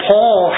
Paul